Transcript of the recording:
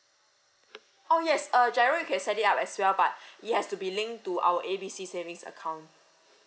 oh yes uh GIRO you can set it up as well but it has to be linked to our A B C savings account